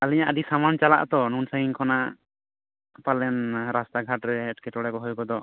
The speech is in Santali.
ᱟᱹᱞᱤᱧᱟᱜ ᱟᱹᱰᱤ ᱥᱟᱢᱟᱱ ᱪᱟᱞᱟᱜ ᱟᱛᱚ ᱱᱩᱱ ᱥᱟᱺᱜᱤᱧ ᱠᱷᱚᱱᱟᱜ ᱯᱟᱞᱮᱱ ᱨᱟᱥᱛᱟ ᱜᱷᱟᱴ ᱨᱮ ᱮᱴᱠᱮ ᱴᱚᱬᱮ ᱠᱚ ᱦᱩᱭ ᱜᱚᱫᱚᱜ